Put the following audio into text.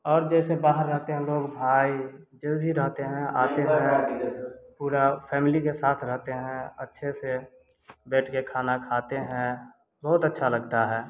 और जैसे बाहर रहते हैं लोग भाई जो भी रहते हैं आते हैं पूरा फैमिली के साथ रहते हैं अच्छे से बैठ के खाना खाते हैं बहुत अच्छा लगता है